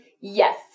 yes